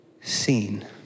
seen